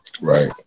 Right